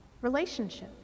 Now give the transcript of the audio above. relationship